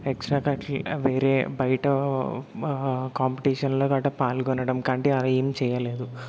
ఎక్స్ట్రాకాకి వేరే బయట వా కాంపిటీషన్ల గట్టా పాల్గొనడం కంటే అలా ఏం చేయలేదు